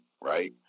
right